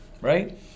right